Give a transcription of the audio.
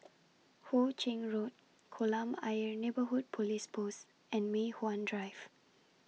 Hu Ching Road Kolam Ayer Neighbourhood Police Post and Mei Hwan Drive